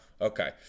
Okay